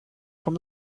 from